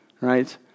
right